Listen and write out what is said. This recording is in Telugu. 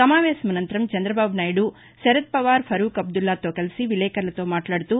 భేటీ అనంతరం చందబాబు నాయుడు శరద్ పవార్ ఫరూక్ అబ్దుల్లాతో కలసి విలేకర్లతో మాట్లాడుతూ